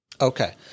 Okay